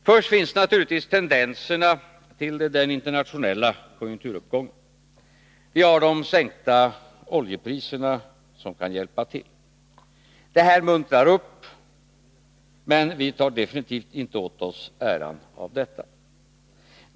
Först finns naturligtvis tendenserna till den internationella konjunkturuppgången. Vi har de sänkta oljepriserna som kan hjälpa till. Detta muntrar upp, men vi tar definitivt inte åt oss äran av detta.